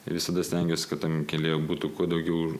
visada stengiuosi kad tam kelyje būtų kuo daugiau